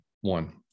One